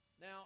Now